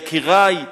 יקירי,